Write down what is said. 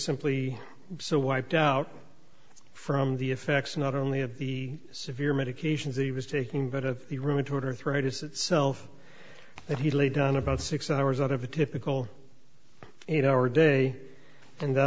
simply so wiped out from the effects not only of the severe medications he was taking but of the rheumatoid arthritis itself that he laid down about six hours out of a typical eight hour day and that